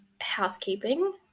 housekeeping